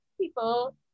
people